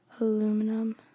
Aluminum